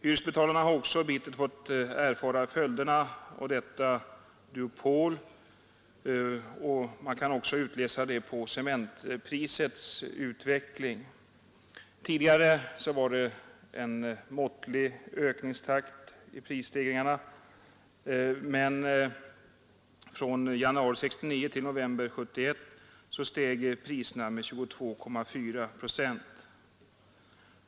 Hyresbetalarna har bittert fått erfara följderna av detta duopol. Man kan också utläsa det på cementprisets utveckling. Tidigare var det en måttlig takt i prisstegringarna, men från januari 1969 till november 1971 steg priserna med 22,4 procent.